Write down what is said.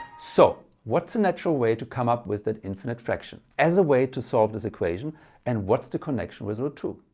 so what's the natural way to come up with that infinite fraction as a way to solve this equation and what's the connection with root two?